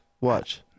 watch